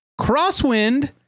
Crosswind